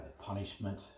punishment